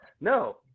No